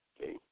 okay